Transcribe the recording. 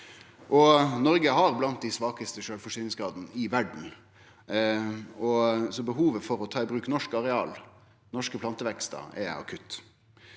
Noreg har blant dei svakaste sjølvforsyningsgradane i verda, så behovet for å ta i bruk norske areal og norske plantevekstar er akutt.